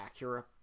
Acura